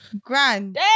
Grand